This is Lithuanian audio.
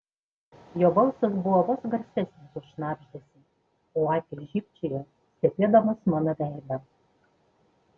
jo balsas buvo vos garsesnis už šnabždesį o akys žybčiojo stebėdamos mano veidą